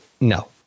No